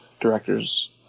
directors